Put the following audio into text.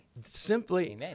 simply